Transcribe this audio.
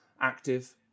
active